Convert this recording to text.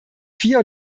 vier